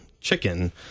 chicken